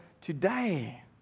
today